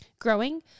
growing